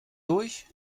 durch